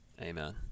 Amen